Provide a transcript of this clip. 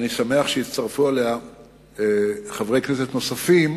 אני שמח שהצטרפו אליה חברי כנסת נוספים,